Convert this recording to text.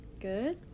good